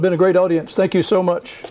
i've been a great audience thank you so much